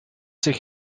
zich